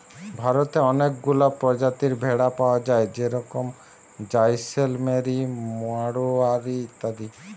ভারতে অনেকগুলা প্রজাতির ভেড়া পায়া যায় যেরম জাইসেলমেরি, মাড়োয়ারি ইত্যাদি